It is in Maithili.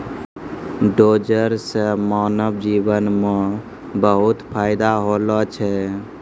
डोजर सें मानव जीवन म बहुत फायदा होलो छै